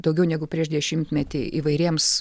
daugiau negu prieš dešimtmetį įvairiems